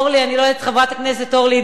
חברת הכנסת אורלי,